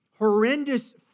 Horrendous